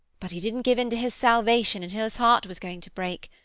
but he didn't give in to his salvation until his heart was going to break.